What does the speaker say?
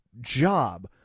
job